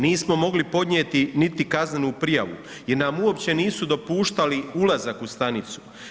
Nismo mogli podnijeti niti kaznenu prijavu, jer nam uopće nisu dopuštali ulazak u stanicu.